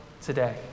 today